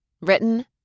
Written